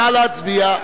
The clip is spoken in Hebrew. נא להצביע.